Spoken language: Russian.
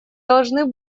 должны